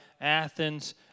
Athens